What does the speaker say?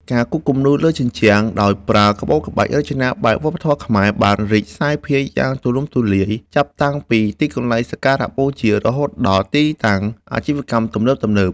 ការគូរគំនូរលើជញ្ជាំងដោយប្រើក្បូរក្បាច់រចនាបែបវប្បធម៌ខ្មែរ បានរីកសាយភាយយ៉ាងទូលំទូលាយ ចាប់តាំងពីទីកន្លែងសក្ការៈបូជារហូតដល់ទីតាំងអាជីវកម្មទំនើបៗ។